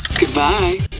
Goodbye